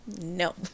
no